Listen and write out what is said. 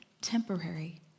temporary